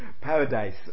Paradise